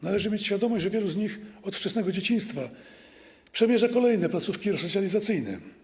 Należy mieć świadomość, że wielu z nich od wczesnego dzieciństwa zalicza kolejne placówki resocjalizacyjne.